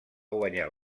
guanyar